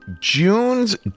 June's